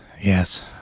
Yes